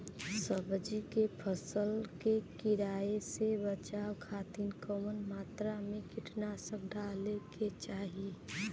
सब्जी के फसल के कियेसे बचाव खातिन कवन मात्रा में कीटनाशक डाले के चाही?